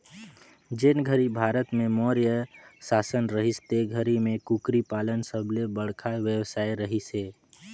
जेन घरी भारत में मौर्य सासन रहिस ते घरी में कुकरी पालन सबले बड़खा बेवसाय रहिस हे